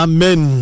Amen